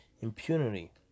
impunity